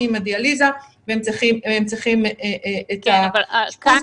והם צריכים את --- בנקודה